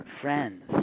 friends